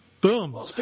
Boom